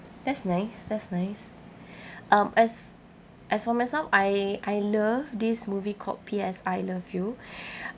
that's nice that's nice um as as for myself I I love this movie called P_S I love you